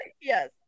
Yes